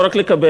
לא רק לקבל,